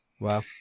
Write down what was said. Wow